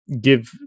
give